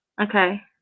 Okay